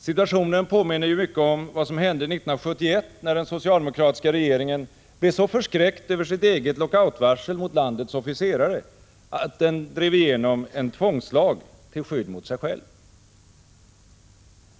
Situationen påminner mycket om vad som hände 1971, när den socialdemokratiska regeringen blev så förskräckt över sitt eget lockoutvarsel mot landets officerare att den drev igenom en tvångslag till skydd mot sig själv.